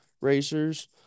racers